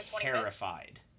terrified